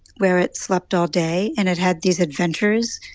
where it slept all day. and it had these adventures.